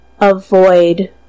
avoid